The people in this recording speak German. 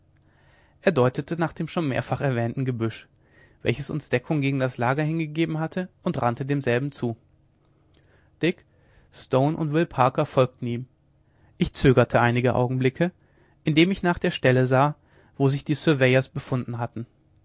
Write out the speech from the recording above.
er deutete nach dem schon mehrfach erwähnten gebüsch welches uns deckung gegen das lager hin gegeben hatte und rannte demselben zu dick stone und will parker folgten ihm ich zögerte einige augenblicke indem ich nach der stelle sah wo sich die surveyors befunden hatten